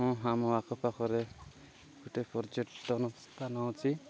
ହଁ ହଁ ମୋ ଆଖପାଖରେ ଗୋଟେ ପର୍ଯ୍ୟଟନ ସ୍ଥାନ ଅଛି